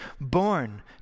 Born